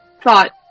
thought